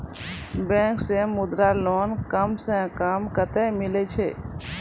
Bank से Mudra loan कम सऽ कम कतैय मिलैय छै?